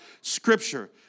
Scripture